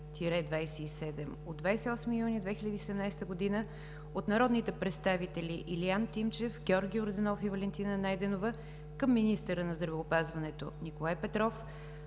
от народните представители Илиян Тимчев, Георги Йорданов и Валентина Найденова към министъра на здравеопазването Николай Петров